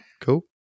cool